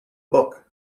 book